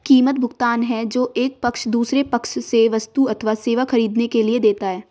कीमत, भुगतान है जो एक पक्ष दूसरे पक्ष से वस्तु अथवा सेवा ख़रीदने के लिए देता है